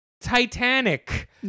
Titanic